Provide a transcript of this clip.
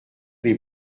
les